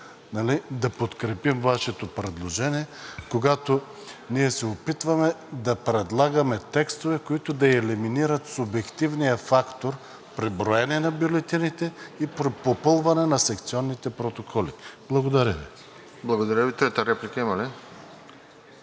да подкрепим Вашето предложение, когато ние се опитваме да предлагаме текстове, които елиминират субективния фактор при броене на бюлетините и при попълване на секционните протоколи. Благодаря. ПРЕДСЕДАТЕЛ РОСЕН ЖЕЛЯЗКОВ: Благодаря Ви. Трета реплика има ли?